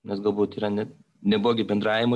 nes galbūt yra ne neblogi bendravimo